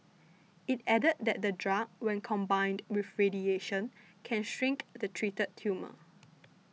it added that the drug when combined with radiation can shrink the treated tumour